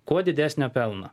kuo didesnio pelno